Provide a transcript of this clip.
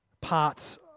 parts